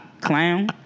Clown